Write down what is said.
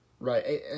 Right